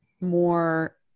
more